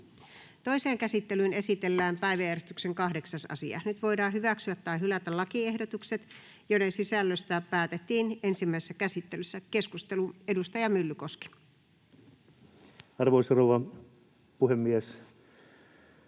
Toiseen käsittelyyn esitellään päiväjärjestyksen 8. asia. Nyt voidaan hyväksyä tai hylätä lakiehdotukset, joiden sisällöstä päätettiin ensimmäisessä käsittelyssä. — Keskustelu, edustaja Myllykoski. [Speech 73] Speaker: